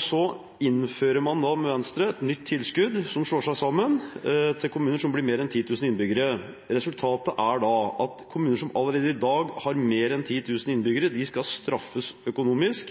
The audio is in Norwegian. Så innfører man nå med Venstre et nytt tilskudd til kommuner som slår seg sammen, og som blir på mer enn 10 000 innbyggere. Resultatet er at kommuner som allerede i dag har mer enn 10 000 innbyggere, skal straffes økonomisk,